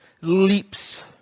leaps